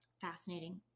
Fascinating